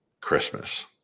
Christmas